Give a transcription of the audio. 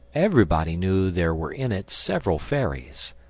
everybody knew there were in it several fairies,